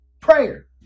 Prayer